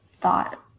thought